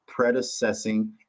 predecessing